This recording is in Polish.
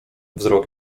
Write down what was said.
wzrok